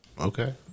Okay